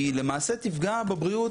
היא למעשה תפגע בבריאות